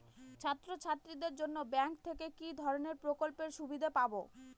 ছাত্রছাত্রীদের জন্য ব্যাঙ্ক থেকে কি ধরণের প্রকল্পের সুবিধে পাবো?